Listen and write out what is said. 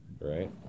right